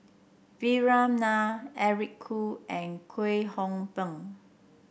Vikram Nair Eric Khoo and Kwek Hong Png